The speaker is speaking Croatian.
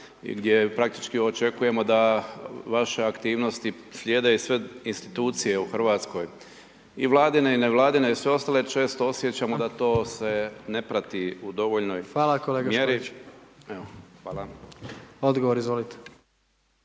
gdje praktički očekujemo da vaše aktivnosti slijede i sve Institucije u Hrvatskoj, i Vladine i ne vladine, i sve ostale, često osjećamo da to se ne prati u dovoljnoj mjeri. Evo, hvala. **Jandroković,